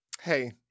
Hey